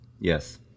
Yes